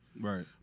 right